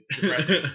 depressing